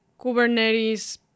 Kubernetes